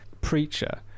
Preacher